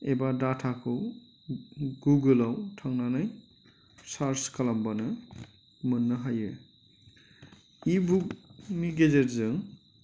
एबा डाटाखौ गुगोलाव थांनानै सार्स खालामबानो मोननो हायो इबुकनि गेजेरजों